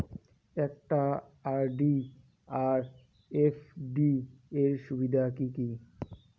একটা আর.ডি আর এফ.ডি এর সুবিধা কি কি?